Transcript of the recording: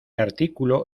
artículo